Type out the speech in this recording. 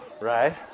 right